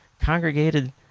congregated